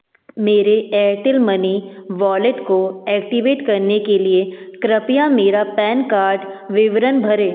मेरे Airtel money wallet को activate करने के लिए कृपया मेरा पैन कार्ड विवरण भरें